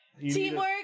Teamwork